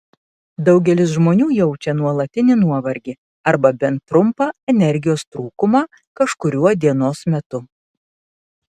daugelis žmonių jaučia nuolatinį nuovargį arba bent trumpą energijos trūkumą kažkuriuo dienos metu